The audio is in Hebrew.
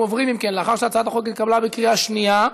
אם כן, לאחר שהצעת החוק נתקבלה בקריאה שנייה,